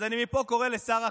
אז אני מפה קורא לשר החינוך.